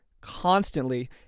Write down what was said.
constantly